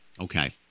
Okay